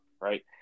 right